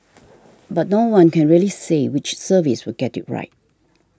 but no one can really say which service will get it right